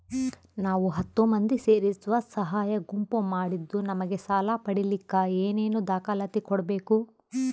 ನಾವು ಹತ್ತು ಮಂದಿ ಸೇರಿ ಸ್ವಸಹಾಯ ಗುಂಪು ಮಾಡಿದ್ದೂ ನಮಗೆ ಸಾಲ ಪಡೇಲಿಕ್ಕ ಏನೇನು ದಾಖಲಾತಿ ಕೊಡ್ಬೇಕು?